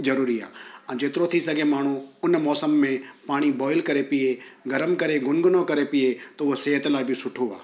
ज़रूरी आहे ऐं जेतिरो थी सघे त माण्हू उन मौसम में पाणी बॉइल करे पीए गरम करे गुनगुनो करे पीए त उहो सिहत लाइ बि सुठो आहे